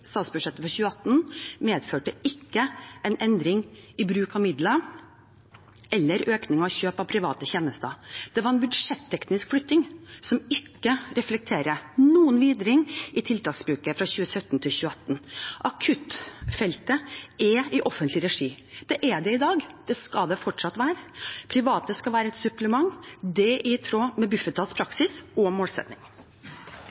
statsbudsjettet for 2018 ikke medførte en endring i bruk av midler eller økning i kjøp av private tjenester. Det var en budsjetteknisk flytting som ikke reflekterer noen vridning i tiltaksbruken fra 2017 til 2018. Akuttfeltet er i offentlig regi – det er det i dag, og det skal det fortsatt være. Private skal være et supplement. Det er i tråd med